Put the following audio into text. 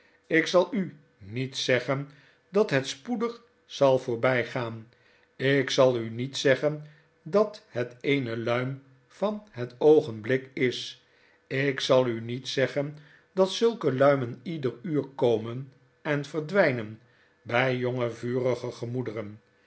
ik zal u niet zeggen dat het spoedig zal voorby gaan ik zal u niet zeggen dat het eene luim van het oogenblik is ik zal u niet zeggen dat zulke luimen ieder uur komen en verdwynen by jonge vurige gemoederen